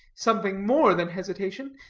something more than hesitation,